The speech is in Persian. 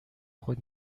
خود